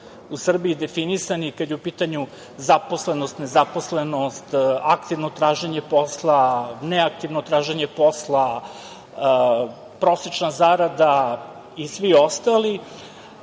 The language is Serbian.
u Srbiji definisani kada je u pitanju zaposlenost, nezaposlenost, aktivno traženje posla, neaktivno traženje posla, prosečna zarada i svi ostali,